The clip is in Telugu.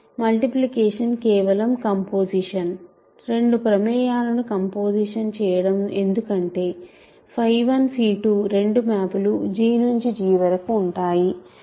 మల్టిప్లికేషన్ కేవలం కంపోసిషన్ రెండు ప్రమేయాలను కంపోసిషన్ చేయడం ఎందుకంటే 12 రెండు మ్యాప్ లు G నుండి G వరకు ఉంటాయి